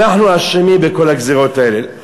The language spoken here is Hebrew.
אנחנו אשמים בכל הגזירות האלה.